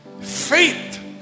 Faith